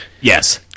Yes